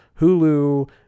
hulu